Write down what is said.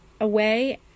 away